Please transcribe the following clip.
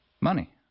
money